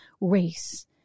race